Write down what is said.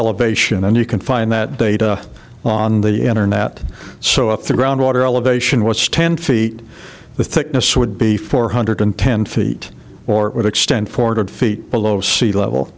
elevation and you can find that data on the internet so if the ground water elevation was ten feet the thickness would be four hundred ten feet or it would extend forded feet below sea level